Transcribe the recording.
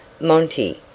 Monty